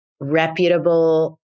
reputable